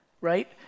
right